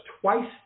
twice